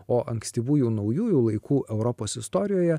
o ankstyvųjų naujųjų laikų europos istorijoje